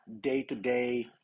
day-to-day